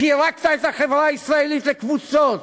פירקת את החברה הישראלית לקבוצות,